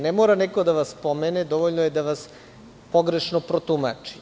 Ne mora neko da vas pomene, dovoljno je da vas pogrešno protumači.